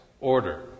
order